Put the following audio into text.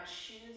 choose